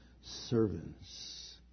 Servants